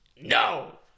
No